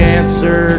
answer